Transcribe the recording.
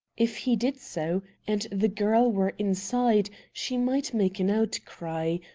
if he did so, and the girl were inside, she might make an outcry,